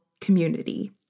community